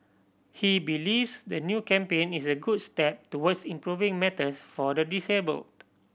he believes the new campaign is a good step towards improving matters for the disabled